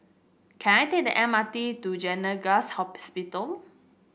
can I take the M R T to Gleneagles Hospital